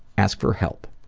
ask for help.